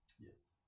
Yes